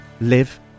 live